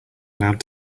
allowed